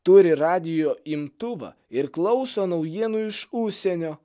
turi radijo imtuvą ir klauso naujienų iš užsienio